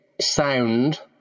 sound